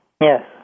Yes